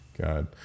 God